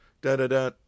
Da-da-da